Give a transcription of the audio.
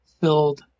filled